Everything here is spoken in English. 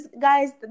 Guys